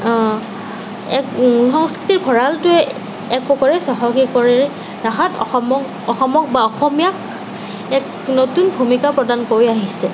এক সংস্কৃতিক ভঁৰালটোৱে একপ্ৰকাৰে চহকী কৰি ৰখাত অসমক অসমক বা অসমীয়াক এক নতুন ভূমিকা প্ৰদান কৰি আহিছে